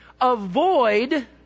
Avoid